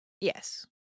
Yes